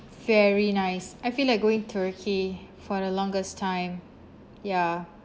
very nice I feel like going turkey for the longest time ya